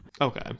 Okay